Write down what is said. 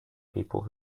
people